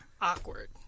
awkward